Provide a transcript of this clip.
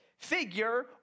Figure